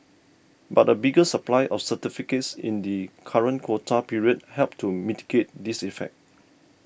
but a bigger supply of certificates in the current quota period helped to mitigate this effect